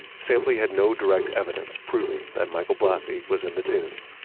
sampley had no direct evidence proving that michael blassi was in the tomb.